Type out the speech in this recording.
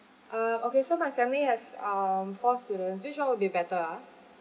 uh okay so my family has um four students which [one] will be better ah